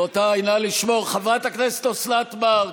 רבותיי, נא לשמור, חברת הכנסת אוסנת מארק.